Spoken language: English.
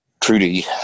Trudy